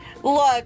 Look